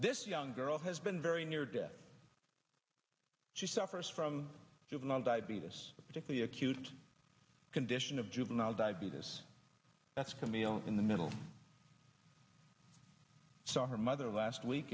this young girl has been very near death she suffers from juvenile diabetes a particularly acute condition of juvenile diabetes that's camille in the middle so her mother last week